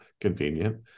convenient